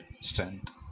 strength